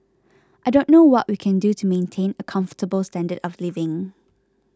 I don't know what we can do to maintain a comfortable standard of living